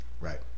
Right